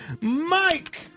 Mike